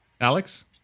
Alex